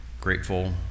Grateful